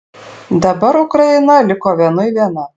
dabar ukraina liko vienui viena